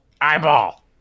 Eyeball